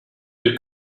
bir